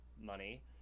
money